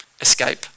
escape